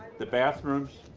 the bathrooms,